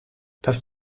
das